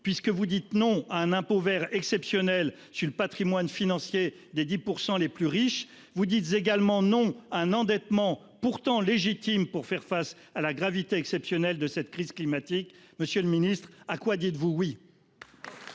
? Vous dites non à un impôt vert exceptionnel sur le patrimoine financier des 10 % les plus riches. Vous dites non également à un endettement pourtant légitime afin de faire face à la gravité exceptionnelle de cette crise climatique. Monsieur le ministre, à quoi dites-vous oui ?